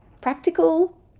practical